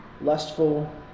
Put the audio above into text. lustful